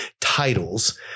titles